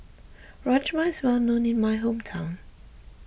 Rajma is well known in my hometown